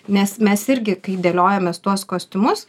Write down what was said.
nes mes irgi kai dėliojamės tuos kostiumus